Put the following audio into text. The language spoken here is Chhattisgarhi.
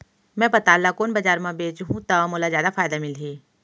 मैं पताल ल कोन बजार म बेचहुँ त मोला जादा फायदा मिलही?